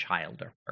Childer